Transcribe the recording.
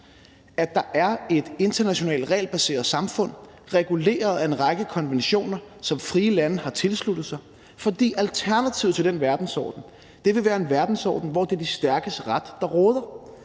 at der er et internationalt regelbaseret samfund reguleret af en række konventioner, som frie lande har tilsluttet sig, fordi alternativet til den verdensorden vil være en verdensorden, hvor det er de stærkes ret, der råder.